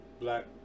black